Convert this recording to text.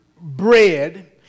bread